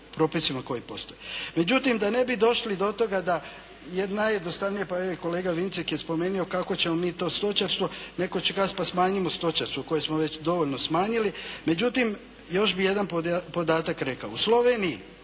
propisima koji postoje. Međutim da ne bi došli do toga da najjednostavnije pa evo i kolega Vincelj je spomenuo kako ćemo mi to stočarstvo, netko će kazati pa smanjimo stočarstvo koje smo već dovoljno smanjili. Međutim još bih jedan podatak rekao. U Sloveniji